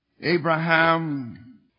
Abraham